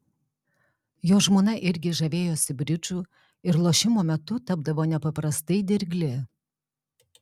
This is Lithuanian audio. jo žmona irgi žavėjosi bridžu ir lošimo metu tapdavo nepaprastai dirgli